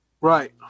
Right